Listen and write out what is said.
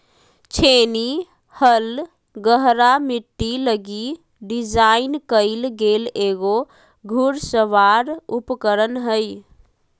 छेनी हल गहरा मिट्टी लगी डिज़ाइन कइल गेल एगो घुड़सवार उपकरण हइ